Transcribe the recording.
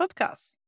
podcast